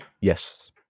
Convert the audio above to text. yes